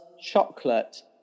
chocolate